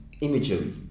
imagery